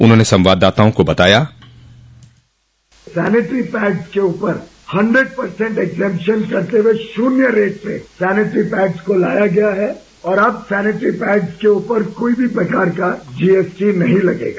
उन्होंने संवाददाताओं को बताया कि सैनेटरी पैड्स के ऊपर हंड्रेड परसेंट एक्जैम्पशन करते हुए शून्य रेट पर सैनेटरी पैड्स को लाया गया है और अब सैनेटरी पैड्स के ऊपर कोई भी प्रकार का जीएसटी नहीं लगेगा